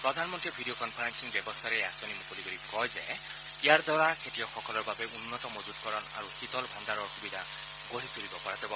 প্ৰধানমন্ত্ৰীয়ে video conferencing ব্যৱস্থাৰে এই আঁচনি মুকলি কৰি কয় যে ইয়াৰ দ্বাৰা খেতিয়কসকলৰ বাবে উন্নত মজুতকৰণ আৰু শীতল ভাণ্ডাৰৰ সুবিধা গঢ়ি তুলিব পৰা যাব